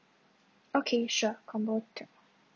okay sure combo twelve